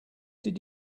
did